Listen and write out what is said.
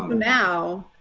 now,